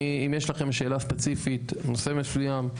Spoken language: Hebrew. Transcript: אם יש לכם שאלה ספציפית על נושא מסוים,